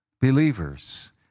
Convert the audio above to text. believers